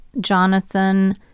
Jonathan